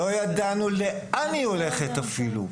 לא ידענו לאן היא הולכת אפילו.